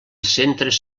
centres